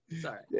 Sorry